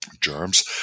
germs